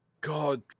God